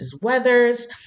Weathers